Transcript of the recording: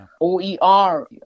OER